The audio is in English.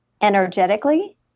energetically